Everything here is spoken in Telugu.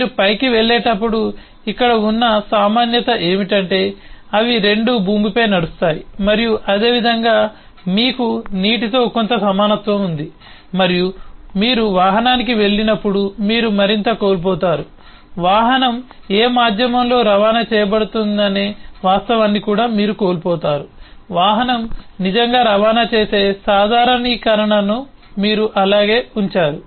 మీరు పైకి వెళ్ళేటప్పుడు ఇక్కడ ఉన్న సామాన్యత ఏమిటంటే అవి రెండూ భూమిపై నడుస్తాయి మరియు అదేవిధంగా మీకు నీటితో కొంత సమానత్వం ఉంది మరియు మీరు వాహనానికి వెళ్ళినప్పుడు మీరు మరింత కోల్పోతారు వాహనం ఏ మాధ్యమంలో రవాణా చేయబడుతుందనే వాస్తవాన్ని కూడా మీరు కోల్పోతారు వాహనం నిజంగా రవాణా చేసే సాధారణీకరణను మీరు అలాగే ఉంచారు